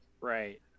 Right